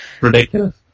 Ridiculous